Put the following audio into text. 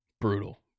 Brutal